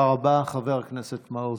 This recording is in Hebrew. הוא השיב לד"ר יוסף ג'בארין ואמר לו